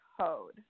code